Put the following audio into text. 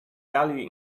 value